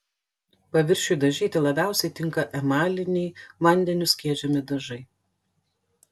paviršiui dažyti labiausiai tinka emaliniai vandeniu skiedžiami dažai